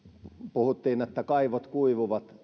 puhuttiin että kaivot kuivuvat